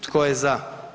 Tko je za?